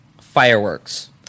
fireworks